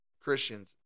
Christians